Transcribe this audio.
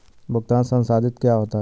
भुगतान संसाधित क्या होता है?